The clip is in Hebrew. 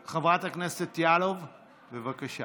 בכנסת, ולהמשיך הלאה